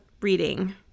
reading